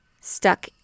stuck